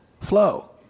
flow